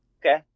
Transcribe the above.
Okay